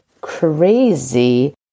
crazy